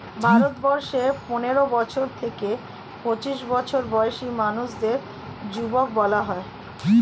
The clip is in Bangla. ভারতবর্ষে পনেরো থেকে পঁচিশ বছর বয়সী মানুষদের যুবক বলা হয়